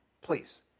Please